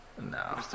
No